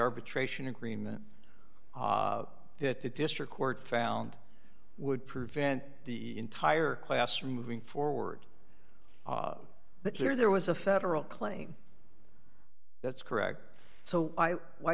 arbitration agreement that the district court found would prevent the entire class from moving forward that there was a federal claim that's correct so why